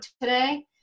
today